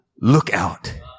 lookout